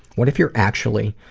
what if you're actually